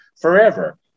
forever